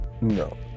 No